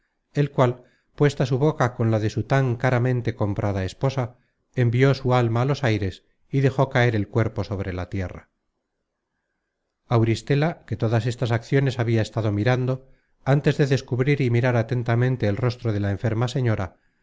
el cual puesta su boca con la de su tan caramente comprada esposa envió su alma á los aires y dejó caer el cuerpo sobre la tierra auristela que todas estas acciones habia estado mirando ántes de descubrir y mirar atentamente el rostro de la enferma señora